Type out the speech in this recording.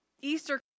Easter